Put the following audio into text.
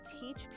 teach